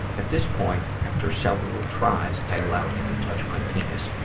at this point, after several tries, i allowed him to touch my penis,